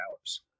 hours